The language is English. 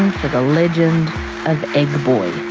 for the legend of egg boy.